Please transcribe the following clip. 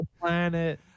Planet